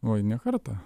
oi ne kartą